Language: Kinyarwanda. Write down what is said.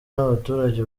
n’abaturage